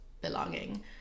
belonging